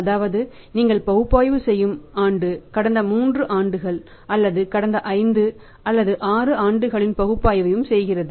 அதாவது நீங்கள் பகுப்பாய்வு செய்யும் ஆண்டு கடந்த 3 ஆண்டுகள் அல்லது கடந்த 5 அல்லது 6 ஆண்டுகளின் பகுப்பாய்வையும் செய்கிறது